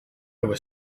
was